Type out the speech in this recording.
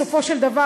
בסופו של דבר,